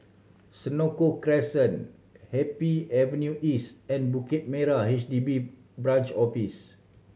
Senoko Crescent Happy Avenue East and Bukit Merah H D B Branch Office